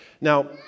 Now